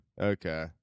okay